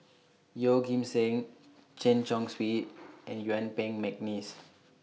Yeoh Ghim Seng Chen Chong Swee and Yuen Peng Mcneice